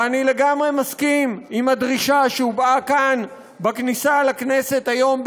ואני לגמרי מסכים עם הדרישה שהובעה כאן בכניסה לכנסת היום,